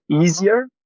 easier